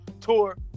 Tour